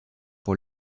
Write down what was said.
pour